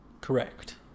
Correct